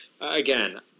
again